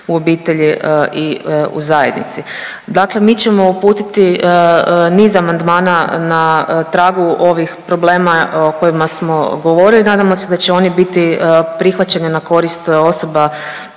u obitelji i u zajednici. Dakle, mi ćemo uputiti niz amandmana na tragu ovih problema o kojima smo govorili i nadamo se da će oni biti prihvaćeni na korist osoba